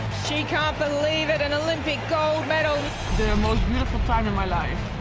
she can't believe it, an olympic gold medal. the most beautiful time in my life.